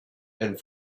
and